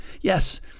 Yes